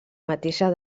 mateixa